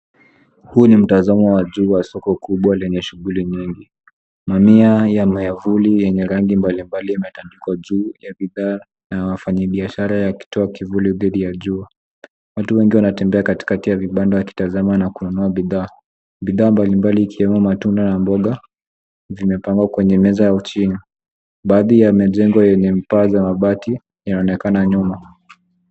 Huu ni mtazamo wa jua juu ya soko kubwa lenye shughuli nyingi. Mamia ya watu wamekusanyika, kila mmoja akipaza sauti kwa mitindo na lafudhi tofauti akitangaza bidhaa zake. Wafanyabiashara wengi wamepanga vibanda vilivyofunikwa kivuli kujikinga na jua kali